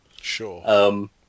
Sure